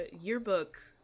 yearbook